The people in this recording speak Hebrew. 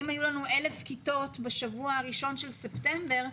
אם היו לנו אלף כיתות בשבוע הראשון של ספטמבר,